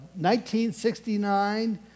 1969